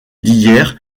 d’hier